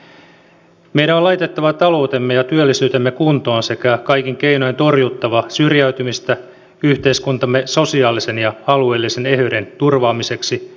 meidän on laitettava taloutemme ja työllisyytemme kuntoon sekä kaikin keinoin torjuttava syrjäytymistä yhteiskuntamme sosiaalisen ja alueellisen eheyden turvaamiseksi